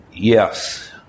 Yes